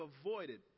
avoided